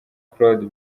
claude